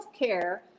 healthcare